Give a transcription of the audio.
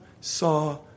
saw